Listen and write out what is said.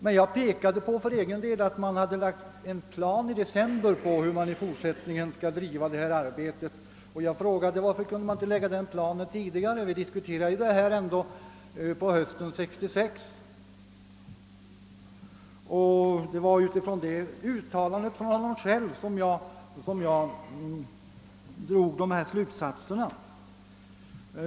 Men jag pekade också på att man i december hade lagt fram en plan över hur utredningens arbete i fortsättningen skulle bedrivas och frågade varför man inte kunde lägga fram den planen tidigare — vi diskuterade dock denna fråga på hösten 1966. Det var utifrån det uttalandet av honom själv som jag drog mina slutsatser.